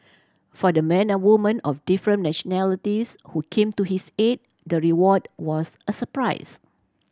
for the men and women of different nationalities who came to his aid the reward was a surprise